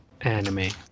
anime